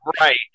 Right